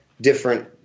different